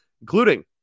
including